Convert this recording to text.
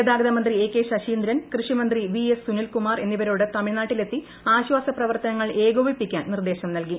ഗതാഗത മന്ത്രി A K Saseendran കൃഷി മന്ത്രി വി എസ് സുനിൽകുമാർ എന്നിവരോട് തമിഴ്നാട്ടിലെത്തി ആശ്വാസ പ്രവർത്തനങ്ങൾ ഏകോപിപ്പിക്കാൻ നിർദേശം നൽകി